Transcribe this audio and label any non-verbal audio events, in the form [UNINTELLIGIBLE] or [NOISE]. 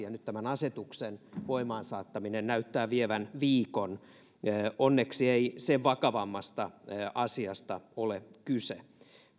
[UNINTELLIGIBLE] ja nyt tämän asetuksen voimaansaattaminen näyttää vievän viikon onneksi ei sen vakavammasta asiasta ole kyse